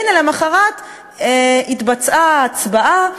והנה למחרת התבצעה ההצבעה,